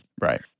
Right